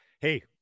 hey